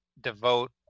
devote